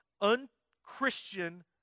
un-Christian